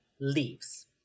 leaves